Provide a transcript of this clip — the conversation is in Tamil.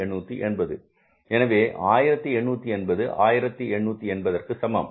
எனவே 1880 என்பது 1880 இதற்கு சமம்